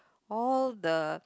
all the